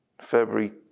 february